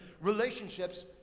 relationships